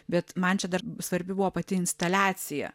bet man čia dar svarbi buvo pati instaliacija